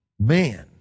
man